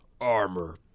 Armor